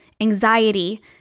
anxiety